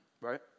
right